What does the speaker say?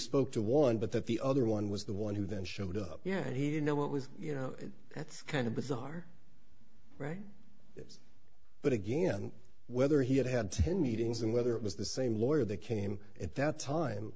spoke to one but that the other one was the one who then showed up yeah and he you know what was you know that's kind of bizarre right but again whether he had had ten meetings and whether it was the same lawyer that came at that time